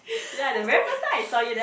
I still remember